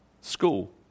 School